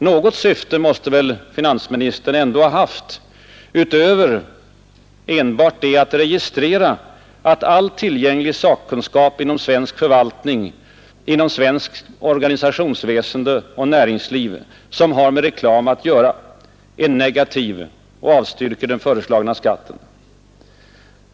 Något syfte måste väl finansministern ändå ha haft utöver enbart det att registrera att all tillgänglig sakkunskap inom svensk förvaltning, inom svenskt organisationsväsende och näringsliv som har med reklam att göra är negativ och avstyrker den föreslagna skatten.